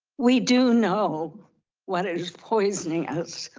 we do know what is poisoning us,